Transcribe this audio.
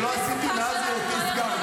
שלא עשיתי מאז היותי סגן.